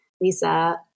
Lisa